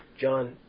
John